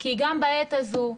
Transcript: כי גם בעת הזו,